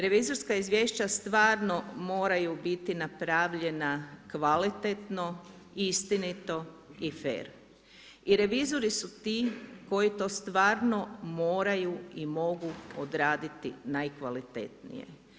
Revizorska izvješća stvarno moraju biti napravljena kvalitetno, istinito i fer i revizori su ti koji to stvarno moraju i mogu odraditi najkvalitetnije.